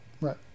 Right